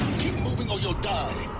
moving or you'll die!